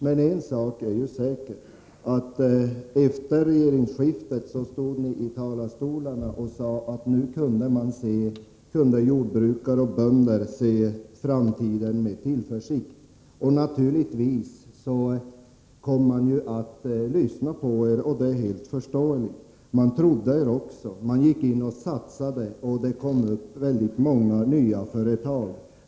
Men en sak är ju säker, nämligen att de borgerliga företrädarna efter regeringsskiftet stod i talarstolarna och sade att jordbrukarna kunde se framtiden an med tillförsikt. Naturligtvis lyssnade jordbrukarna — det är helt förståeligt. Jordbrukarna trodde också på detta. De satsade pengar och det tillkom nya företag.